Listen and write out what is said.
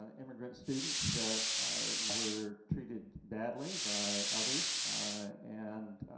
ah immigrant students that were treated badly by others and